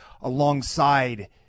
alongside